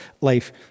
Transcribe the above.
life